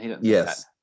Yes